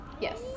Yes